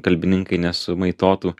kalbininkai nesumaitotų